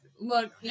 Look